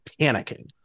panicking